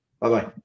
Bye-bye